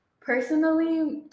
personally